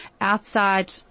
outside